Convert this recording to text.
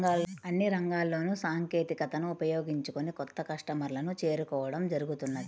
అన్ని రంగాల్లోనూ సాంకేతికతను ఉపయోగించుకొని కొత్త కస్టమర్లను చేరుకోవడం జరుగుతున్నది